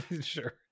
sure